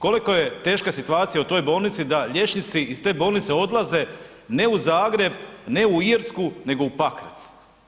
Koliko je teška situacija u toj bolnici da liječnici iz te bolnice odlaze ne u Zagreb, ne u Irsku, nego u Pakrac.